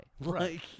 Right